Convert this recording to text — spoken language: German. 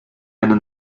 eine